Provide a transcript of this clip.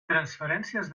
transferències